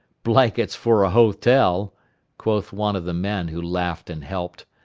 blankets for a hotel quoth one of the men who laughed and helped.